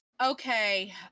Okay